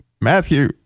Matthew